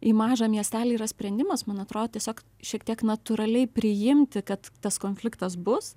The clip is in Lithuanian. į mažą miestelį yra sprendimas man atrodo tiesiog šiek tiek natūraliai priimti kad tas konfliktas bus